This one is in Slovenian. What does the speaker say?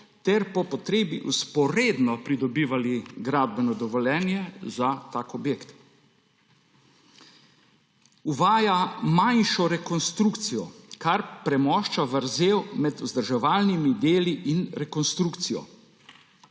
ter po potrebi vzporedno pridobivali gradbeno dovoljenje za tak objekt. Uvaja se manjšo rekonstrukcijo, kar premošča vrzel med vzdrževalnimi deli in rekonstrukcijo.